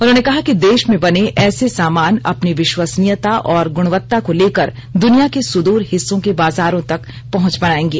उन्होंने कहा कि देश में बने ऐसे सामान अपनी विश्वसनियता और गुणवत्ता को लेकर दुनिया के सुदूर हिस्सों के बाजारों तक पहुंच बनाएंगे